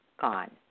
gone